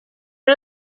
are